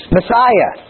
Messiah